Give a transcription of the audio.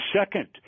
second